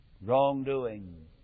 wrongdoing